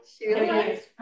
Yes